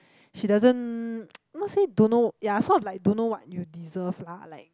she doesn't not say don't know ya sort of like don't know what you deserve lah like